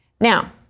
Now